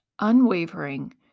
unwavering